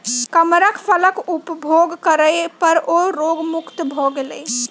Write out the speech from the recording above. कमरख फलक उपभोग करै पर ओ रोग मुक्त भ गेला